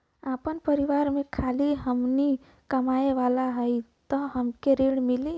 आपन परिवार में खाली हमहीं कमाये वाला हई तह हमके ऋण मिली?